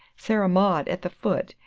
sarah maud at the foot,